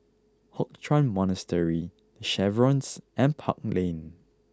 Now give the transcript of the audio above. Hock Chuan Monastery The Chevrons and Park Lane